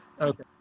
Okay